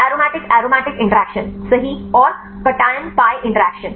aromatic aromatic interaction सही और cation pi interaction